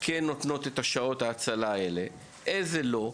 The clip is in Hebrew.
כן נותנות שירותי הצלה בשעות האלה, איזה לא.